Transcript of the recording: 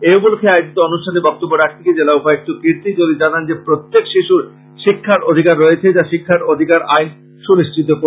এ উপলক্ষ্যে আয়োজিত এক অনুষ্ঠানে বক্তব্য রাখতে গিয়ে জেলা উপায়ুক্ত কীর্ত্তি জলি জানান যে প্রত্যেক শিশুর শিক্ষার অধিকার রয়েছে যা শিক্ষার অধিকার আইন সুনিশ্চিত করে